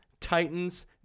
Titans